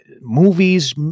movies